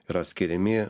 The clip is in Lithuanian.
yra skiriami